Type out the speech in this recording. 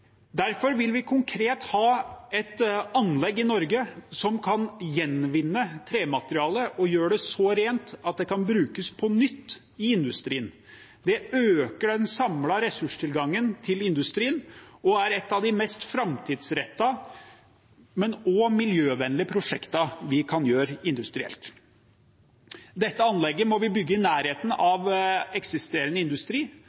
Derfor vil vi konkret ha et anlegg i Norge som kan gjenvinne trematerialet og gjøre det så rent at det kan brukes på nytt i industrien. Det øker den samlede ressurstilgangen til industrien og er et av de mest framtidsrettede, men også mest miljøvennlige prosjektene vi kan gjøre industrielt. Dette anlegget må vi bygge i nærheten av eksisterende industri,